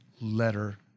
letter